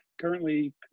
currently